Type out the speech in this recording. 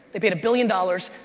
they paid a billion dollars.